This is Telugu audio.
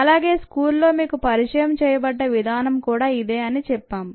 అలాగే స్కూలులో మీకు పరిచయం చేయబడ్డ విధానం కూడా ఇదే అని చెప్పాం